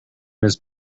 his